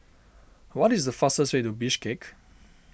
what is the fastest way to Bishkek